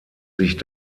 sich